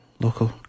local